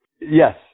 Yes